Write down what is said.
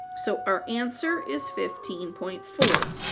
so our answer is fifteen point four.